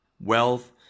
wealth